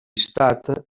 llistat